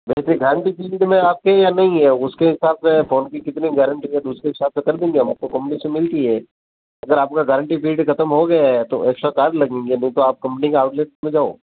वैसे guarantee period में आपके यहाँ नहीं है उसके हिसाब से तो हम तो कितने गारन्टी तो दूसरे के हिसाब से कम कर देंगे हमको परमिशन मिलती है अगर आपका गारन्टी पीरियड ख़त्म हो गया है तो एक्स्ट्रा चार्ज लगेंगे नहीं तो आप कम्पनी के आउटलेट में जाओ